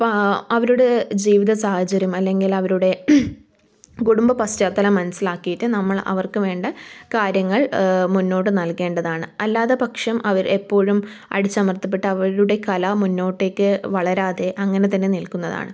ഇപ്പം അവരുടെ ജീവിതസാഹചര്യം അല്ലെങ്കിൽ അവരുടെ കുടുംബ പശ്ചാത്തലം മനസ്സിലാക്കീട്ട് നമ്മൾ അവർക്ക് വേണ്ട കാര്യങ്ങൾ മുന്നോട്ട് നൽകേണ്ടതാണ് അല്ലാതെ പക്ഷം അവർ എപ്പോഴും അടിച്ചമർത്തപ്പെട്ട അവരുടെ കല മുന്നോട്ടേക്ക് വളരാതെ അങ്ങനെ തന്നെ നിൽക്കുന്നതാണ്